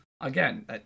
again